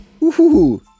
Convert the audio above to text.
Woohoo